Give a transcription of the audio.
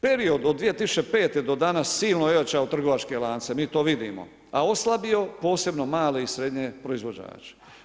Period od 2005. do danas silno je ojačao trgovačke lance, mi to vidimo, a oslabio posebno male i srednje proizvođače.